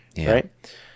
right